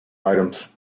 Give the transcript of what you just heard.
items